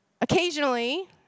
occasionally